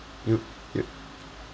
you you